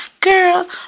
Girl